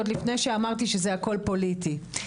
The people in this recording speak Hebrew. עוד לפני שאמרתי שהכול פוליטי,